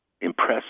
impressive